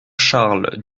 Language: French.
charles